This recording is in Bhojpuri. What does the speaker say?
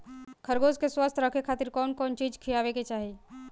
खरगोश के स्वस्थ रखे खातिर कउन कउन चिज खिआवे के चाही?